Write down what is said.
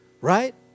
right